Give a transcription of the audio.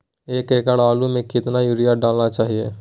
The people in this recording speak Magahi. एक एकड़ आलु में कितना युरिया डालना चाहिए?